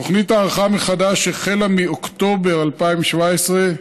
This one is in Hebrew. תוכנית ההערכה מחדש החלה מאוקטובר 2017,